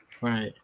right